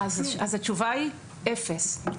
התשובה היא: אפס.